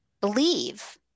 believe